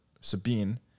Sabine